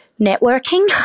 networking